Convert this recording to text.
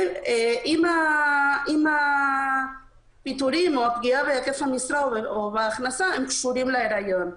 אם הפיטורים או הפגיעה בהיקף המשרה או בהכנסה קשורים להיריון.